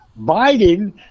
Biden